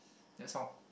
that's all